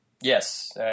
Yes